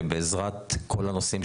רציתי לשאול את נציגי רשות החדשנות,